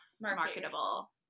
marketable